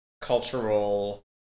cultural